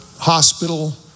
hospital